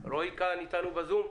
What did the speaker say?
רועי קאהן איתנו בזום?